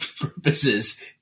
purposes